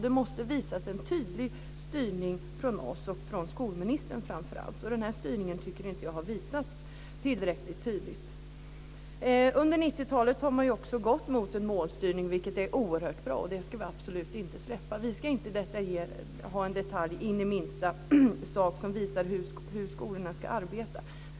Det måste vara en tydlig styrning från oss, och framför allt från skolministern. Jag tycker inte att den här styrningen har varit tillräckligt tydlig. Under 90-talet har man gått mot en målstyrning. Det är oerhört bra. Det ska vi absolut inte släppa. Vi ska inte in i minsta detalj visa hur skolorna ska arbeta.